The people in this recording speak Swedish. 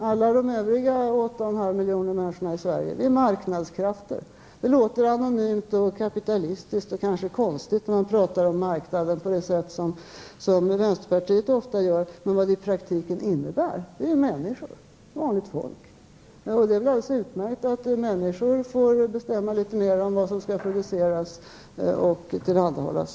Alla de övriga 8 1/2 miljon människorna i Sverige är marknadskrafter. Det låter anonymt, kapitalistiskt och kanske konstigt när man talar om marknaden på det sätt som vänsterpartiet ofta gör, men i praktiken innebär det ju människor, vanligt folk. Det är väl alldeles utmärkt att människor får bestämma litet mer om vad som skall produceras och tillhandahållas?